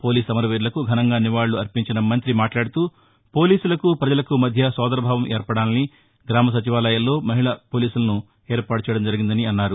police అమరవీరులకు ఘనంగా నివాళులర్పించిన మంత్రి మాట్లాడుతూపోలీసులకు ప్రజలకు మధ్య సోదరభావం ఏర్పడాలని గ్రామ సచివాలయాలలో మహిళ పోలీసులను ఏర్పాటు చేయడం జరిగిందన్నారు